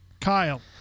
Kyle